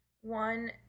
one